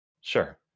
Sure